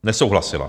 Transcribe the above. Nesouhlasila.